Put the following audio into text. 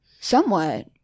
Somewhat